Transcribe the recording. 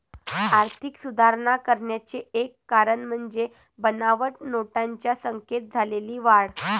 आर्थिक सुधारणा करण्याचे एक कारण म्हणजे बनावट नोटांच्या संख्येत झालेली वाढ